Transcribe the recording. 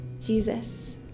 Jesus